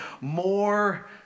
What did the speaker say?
more